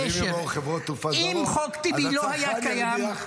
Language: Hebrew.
אבל אם יבואו חברות תעופה זרות, אז אתה חי בידיעה